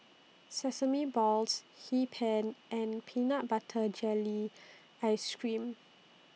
Sesame Balls Hee Pan and Peanut Butter Jelly Ice Cream